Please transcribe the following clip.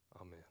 amen